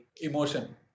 emotion